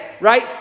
right